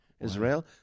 Israel